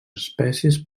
espècies